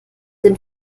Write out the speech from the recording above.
den